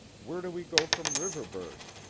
where do we go from riverburgh?